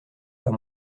pas